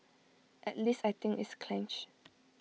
at least I think it's clench